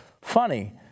funny